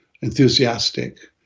enthusiastic